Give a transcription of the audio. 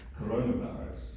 coronavirus